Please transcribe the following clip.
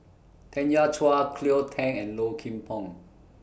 Tanya Chua Cleo Thang and Low Kim Pong